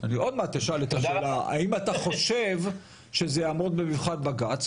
אני עוד מעט אשאל את השאלה האם אתה חושב שזה יעמוד במבחן בג"צ,